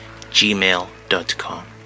gmail.com